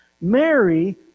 Mary